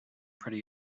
pretty